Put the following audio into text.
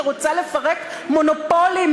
שרוצה לפרק מונופולים?